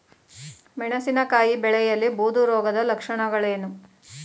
ಮೆಣಸಿನಕಾಯಿ ಬೆಳೆಯಲ್ಲಿ ಬೂದು ರೋಗದ ಲಕ್ಷಣಗಳೇನು?